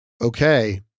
okay